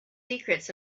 secrets